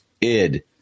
id